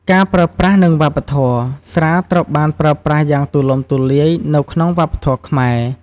ការប្រើប្រាស់ និងវប្បធម៌ ស្រាត្រូវបានប្រើប្រាស់យ៉ាងទូលំទូលាយនៅក្នុងវប្បធម៌ខ្មែរ។